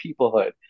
peoplehood